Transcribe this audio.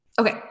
Okay